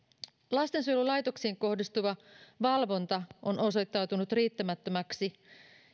lastensuojelulaitoksiin kohdistuva valvonta on osoittautunut riittämättömäksi